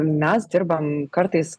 mes dirbam kartais